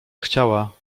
chciała